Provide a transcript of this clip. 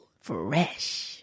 Fresh